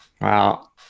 Wow